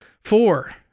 Four